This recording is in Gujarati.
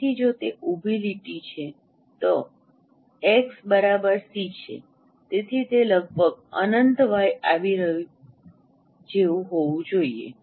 તેથી જો તે ઉભી લીટી છે તો તે એક્સ સીxC છે તેથી તે લગભગ અનંત y આવી રહ્યું જેવું હોવું જોઈએ